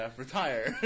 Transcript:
retire